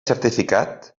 certificat